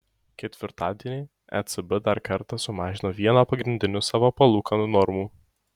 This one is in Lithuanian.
ketvirtadienį ecb dar kartą sumažino vieną pagrindinių savo palūkanų normų